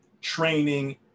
training